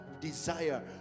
desire